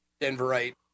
denverite